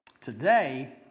Today